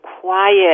quiet